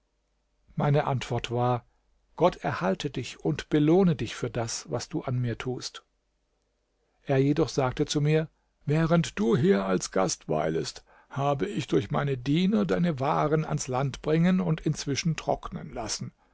meine antwort war gott erhalte dich und belohne dich für das was du an mir tust er jedoch sagte zu mir wisse mein sohn während du hier als gast weilest habe ich durch meine diener deine waren ans land bringen und inzwischen trocknen lassen